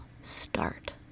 start